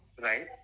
right